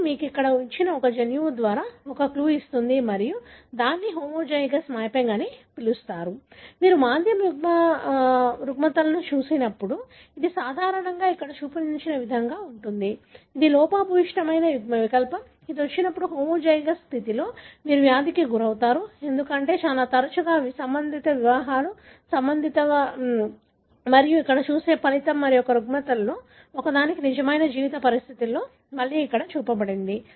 ఇది మీకు ఇక్కడ ఒక జన్యువు ఉన్నట్లు ఒక క్లూ ఇస్తుంది మరియు దానిని హోమోజైగస్ మ్యాపింగ్ అని పిలుస్తారు మీరు మాంద్యం రుగ్మతలను చూసినప్పుడు ఇది సాధారణంగా ఇక్కడ చూపిన విధంగా ఉంటుంది ఇది లోపభూయిష్టమైన యుగ్మవికల్పం అది వచ్చినప్పుడు హోమోజైగస్ స్థితిలో మీరు వ్యాధికి గురవుతారు ఎందుకంటే చాలా తరచుగా ఇవి సబంధిత వివాహాలు సంబంధిత వివాహాలు మరియు మీరు ఇక్కడ చూసే ఫలితం మరియు రుగ్మతలలో ఒకదానికి నిజమైన జీవిత పరిస్థితులతో మళ్లీ ఇక్కడ చూపబడింది